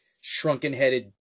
shrunken-headed